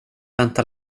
vänta